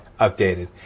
updated